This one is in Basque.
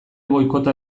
boikota